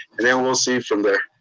then we'll see from there.